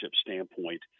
standpoint